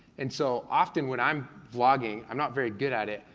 and so often, when i'm vlogging, i'm not very good at it,